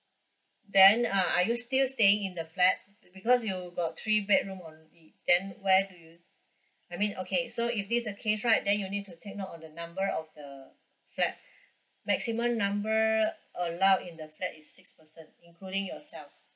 then uh are you still staying in the flat because you got three bedroom only then where do you I mean okay so if this the case right then you need to take note on that number of the flat maximum number allowed in the flat is six person including yourself